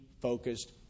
focused